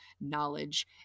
knowledge